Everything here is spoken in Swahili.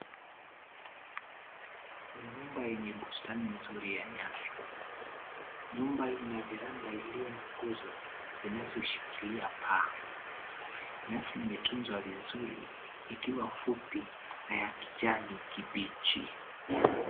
Ni nyumba yenye bustani nzuri ya nyasi. Nyumba ina varanda iliyo na nguzo, zinazoshikilia paa. Nyasi imetunzwa vizuri, ikiwa fupi na ya kijani kibichi.